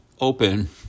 open